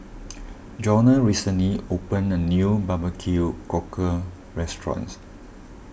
Jonah recently opened a new Barbecue Cockle restaurants